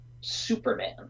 Superman